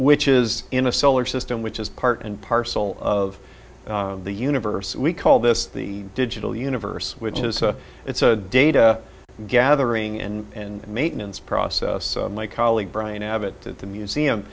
which is in a solar system which is part and parcel of the universe we call this the digital universe which is it's a data gathering and maintenance process my colleague brian abbot at the museum